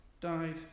died